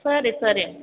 ಸರಿ ಸರಿ